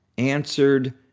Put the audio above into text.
answered